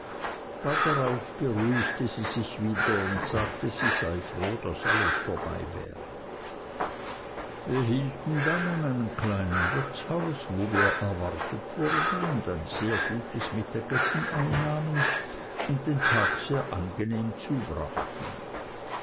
bald beruhigte sie sich wieder und sagte sie sei froh daß alles vorbei wäre wir hielten dann an einem kleinen wirtshaus wo wir erwartet wurden und ein sehr gutes mittagessen einnahmen und den tag sehr angenehm zubrachten